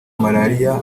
malariya